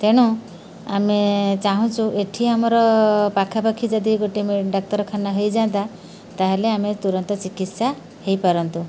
ତେଣୁ ଆମେ ଚାହୁଁଛୁ ଏଇଠି ଆମର ପାଖାପାଖି ଯଦି ଗୋଟେ ଡାକ୍ତରଖାନା ହେଇଯାନ୍ତା ତାହେଲେ ଆମେ ତୁରନ୍ତ ଚିକିତ୍ସା ହେଇପାରନ୍ତୁ